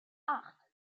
acht